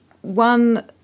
One